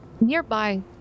nearby